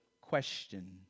question